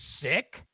sick